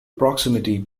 proximity